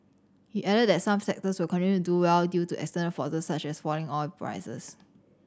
he added that some sectors will continue to do well due to external forces such as falling oil prices